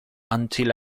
until